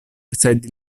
sed